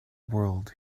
world